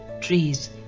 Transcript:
trees